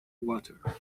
water